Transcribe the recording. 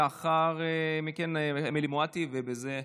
לאחר מכן אמילי מואטי, ובזה סיימנו.